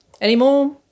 anymore